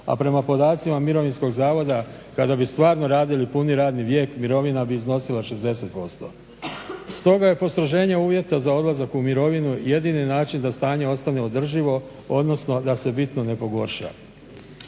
a prema podacima Mirovinskog zavoda kada bi stvarno radili puni radni vijek mirovina bi iznosila 60%. Stoga je postroženje uvjeta za odlazak u mirovinu jedini način da stanje ostane održivo, odnosno da se bitno ne pogorša.